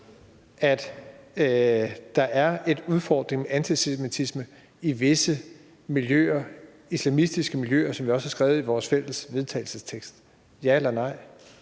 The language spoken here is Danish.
at der er en udfordring med antisemitisme i visse islamistiske miljøer, som vi også har skrevet i vores fælles forslag til vedtagelse – ja eller nej?